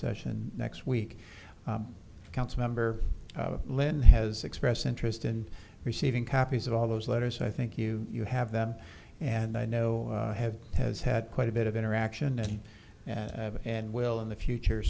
session next week council member lynn has expressed interest in receiving copies of all those letters i think you you have them and i know have has had quite a bit of interaction and will in the future